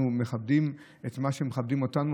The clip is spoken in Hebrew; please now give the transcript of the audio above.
אנחנו מכבדים את מה שמכבדים אותנו,